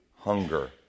Hunger